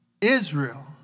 Israel